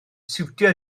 siwtio